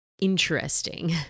interesting